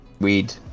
weed